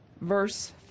Verse